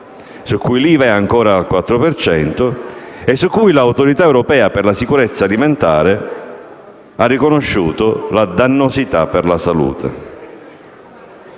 su cui l'IVA è ancora al 4 per cento e su cui l'Autorità europea per la sicurezza alimentare ha riconosciuto la dannosità per la salute.